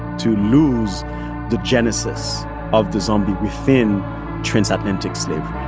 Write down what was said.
to lose the genesis of the zombie within trans-atlantic slavery,